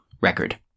record